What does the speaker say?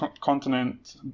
continent